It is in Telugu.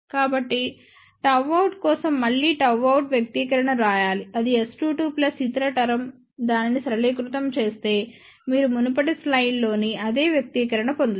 కాబట్టి Γout కోసం మళ్ళీ Γout వ్యక్తీకరణ వ్రాయాలి అది S22 ప్లస్ ఇతర టర్మ్దానిని సరళీకృతం చేస్తే మీరు మునుపటి స్లయిడ్ లోని అదే వ్యక్తీకరణ పొందుతారు